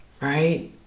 right